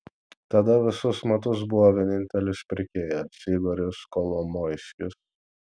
tada visus metus buvo vienintelis pirkėjas igoris kolomoiskis